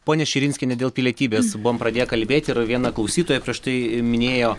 ponia širinskiene dėl pilietybės buvom pradėję kalbėt ir viena klausytoja prieš tai minėjo